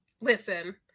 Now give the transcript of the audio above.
Listen